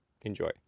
Enjoy